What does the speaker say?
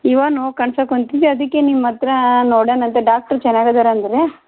ಇವಾಗ ನೋವು ಕಾಣ್ಸೋಕ್ಕೆ ಕುಂತಿತೆ ಅದಕ್ಕೆ ನಿಮ್ಮ ಹತ್ರ ನೋಡೋನಂತ ಡಾಕ್ಟ್ರು ಚೆನ್ನಾಗದಾರ ಅಂದ್ರ